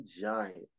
giants